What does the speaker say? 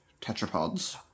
tetrapods